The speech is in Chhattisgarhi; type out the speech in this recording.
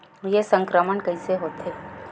के संक्रमण कइसे होथे?